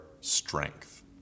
strength